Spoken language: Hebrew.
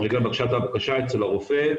מרגע בקשת הבקשה אצל הרופא,